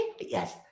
Yes